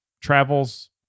travels